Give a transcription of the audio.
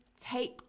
take